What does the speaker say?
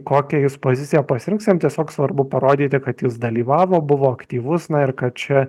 kokią jis poziciją pasirinks jam tiesiog svarbu parodyti kad jis dalyvavo buvo aktyvus na ir kad čia